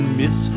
miss